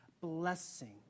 blessing